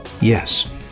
Yes